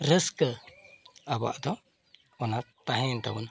ᱨᱟᱹᱥᱠᱟᱹ ᱟᱵᱚᱣᱟᱜ ᱫᱚ ᱚᱱᱟ ᱛᱟᱦᱮᱸᱭᱮᱱ ᱛᱟᱵᱚᱱᱟ